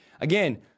Again